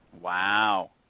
Wow